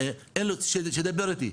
שידברו איתי.